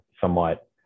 somewhat